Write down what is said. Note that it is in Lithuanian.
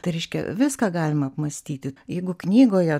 tai reiškia viską galima apmąstyti jeigu knygoje